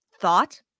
thought